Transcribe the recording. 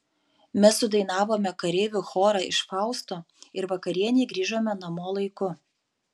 mes sudainavome kareivių chorą iš fausto ir vakarienei grįžome namo laiku